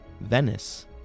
Venice